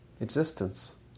existence